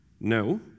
No